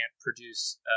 produce